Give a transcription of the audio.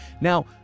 Now